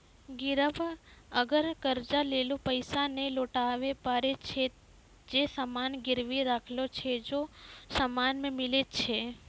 गिरब अगर कर्जा लेलो पैसा नै लौटाबै पारै छै ते जे सामान गिरबी राखलो छै हौ सामन नै मिलै छै